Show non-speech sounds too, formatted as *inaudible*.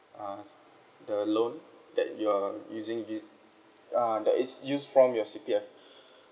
uh s~ the loan that you are using it uh that is used from your C_P_F *breath*